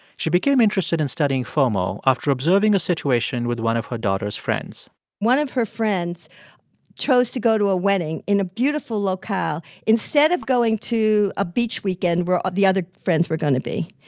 she became interested in studying fomo after observing a situation with one of her daughter's friends one of her friends chose to go to a wedding in a beautiful locale instead of going to a beach weekend where the other friends were going to be.